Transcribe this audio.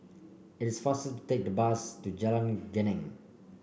it is faster to take the bus to Jalan Geneng